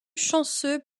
chanceux